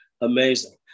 amazing